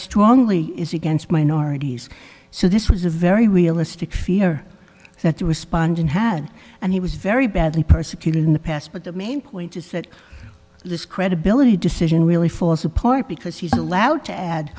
strongly is against minorities so this was a very realistic fear that you respond in hand and he was very badly persecuted in the past but the main point is that this credibility decision really falls apart because he's allowed to add